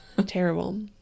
terrible